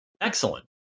Excellent